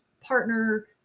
partner